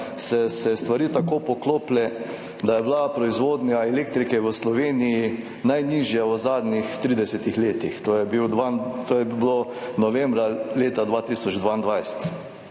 se stvari tako poklopile, da je bila proizvodnja elektrike v Sloveniji najnižja v zadnjih 30 letih. To je bilo novembra leta 2022.